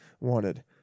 wanted